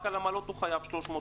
רק על עמלות הוא חייב 300,000,